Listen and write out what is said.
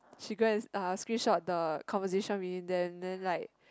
she go and uh screenshot the conversation between them then like